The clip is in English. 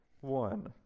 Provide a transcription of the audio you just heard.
one